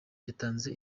yatanze